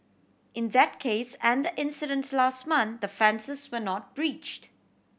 in that case and the incident last month the fences were not breached